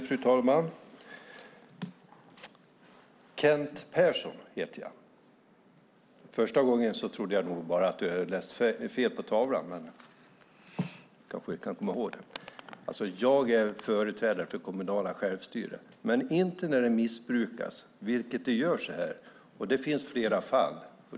Fru talman! Jag heter Kent Persson, Ola Johansson. Första gången trodde jag att du läst fel på tavlan, men nu kanske du kommer ihåg det. Jag förespråkar det kommunala självstyret - men inte när det missbrukas, vilket det gör här. Det finns flera fall.